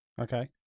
Okay